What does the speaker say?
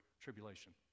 tribulation